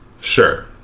Sure